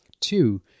Two